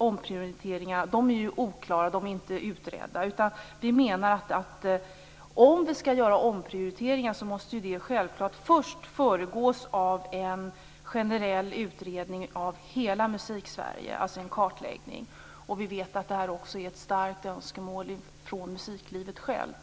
omprioritering är oklara. De är inte utredda. Vi menar att om vi skall göra omprioriteringar måste de självklart först föregås av en generell utredning och kartläggning av hela Musiksverige. Vi vet att detta också är ett starkt önskemål från musiklivet självt.